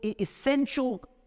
essential